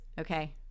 Okay